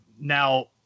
Now